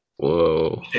Whoa